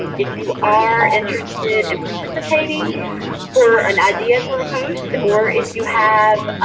um if you are interested in participating for an idea for a post or if you have